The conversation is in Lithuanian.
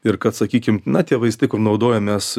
ir kad sakykim na tie vaistai kur naudojam mes